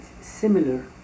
similar